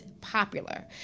popular